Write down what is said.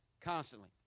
constantly